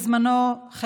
בזמנם,